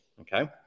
okay